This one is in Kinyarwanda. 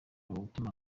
gutuma